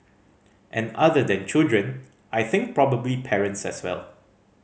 and other than children I think probably parents as well